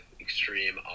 extreme